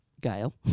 Gail